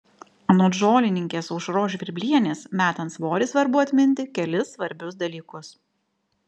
anot žolininkės aušros žvirblienės metant svorį svarbu atminti kelis svarbius dalykus